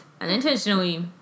unintentionally